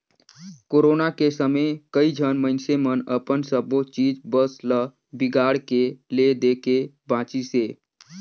corona के समे कइझन मइनसे मन अपन सबो चीच बस ल बिगाड़ के ले देके बांचिसें